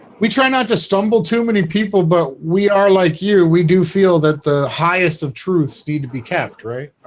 we try not to stumble too many people but we are like you we do feel that the highest of truths need to be kept right,